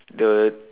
the